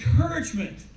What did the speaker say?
encouragement